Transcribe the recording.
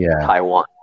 Taiwan